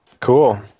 Cool